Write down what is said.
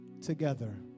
together